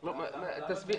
(12)".